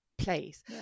place